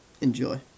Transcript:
Enjoy